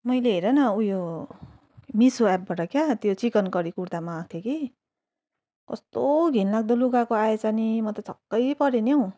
मैले हेर न उयो मिसो एपबाट क्या त्यो चिकन करी कुर्ता मगाएको थिएँ कि कस्तो घिनलाग्दो लुगाको आएछ नि म त छक्कै परे नि हौ